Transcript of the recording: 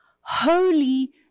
holy